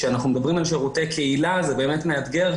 כשאנחנו מדברים על שירותי קהילה זה באמת מאתגר,